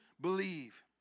believe